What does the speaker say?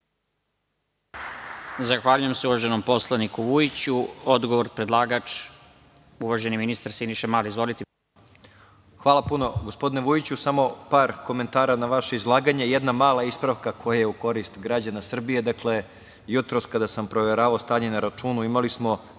Zahvaljujem se, uvaženom poslaniku Vujiću. Odgovor, predlagač, uvaženi ministar, Siniša Mali. **Siniša Mali** Hvala puno, gospodine Vujići, samo par komentara na vaše izlaganje, Jedna mala ispravka koja je u korist građana Srbije. Dakle, jutros kada sam proveravao stanje na računu, imali smo